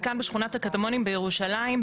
וכאן בשכונת הקטמונים בירושלים,